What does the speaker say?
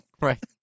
right